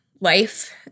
life